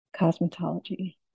cosmetology